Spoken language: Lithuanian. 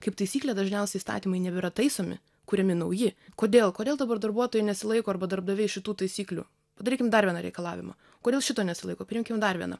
kaip taisyklė dažniausiai įstatymai nebėra taisomi kuriami nauji kodėl kodėl dabar darbuotojai nesilaiko arba darbdaviai šitų taisyklių padarykim dar vieną reikalavimą kodėl šito nesilaiko priimkim dar vieną